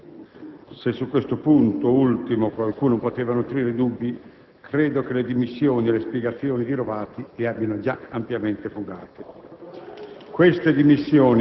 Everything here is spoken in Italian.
merito a quest'ultimo punto qualcuno poteva nutrire dubbi, credo che le dimissioni e le spiegazioni di Rovati li abbiano già ampiamente fugati.